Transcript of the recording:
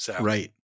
Right